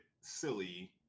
silly